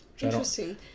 interesting